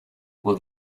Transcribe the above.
will